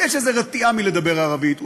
ויש איזו רתיעה מלדבר ערבית,